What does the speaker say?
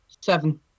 seven